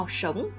sống